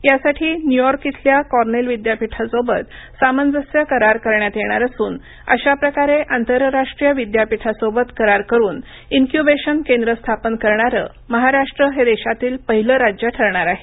यासाठी न्य्यॉर्क येथील कॉर्नेल विद्यापीठासोबत सामंजस्य करार करण्यात येणार असून अशा प्रकारे आंतरराष्ट्रीय विद्यापीठासोबत करार करून इन्क्यूबेशन केंद्र स्थापन करणारे महाराष्ट्र हे देशातील पहिलं राज्य ठरणार आहे